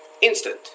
instant